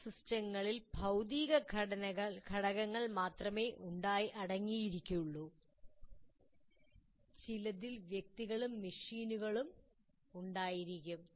ചില സിസ്റ്റങ്ങളിൽ ഭൌതിക ഘടകങ്ങൾ മാത്രമേ അടങ്ങിയിട്ടുള്ളൂ ചിലതിൽ വ്യക്തികളും മെഷീനുകളും ഉണ്ടായിരിക്കും